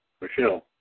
Michelle